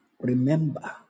Remember